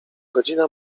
godzina